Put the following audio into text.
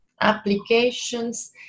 applications